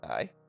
Aye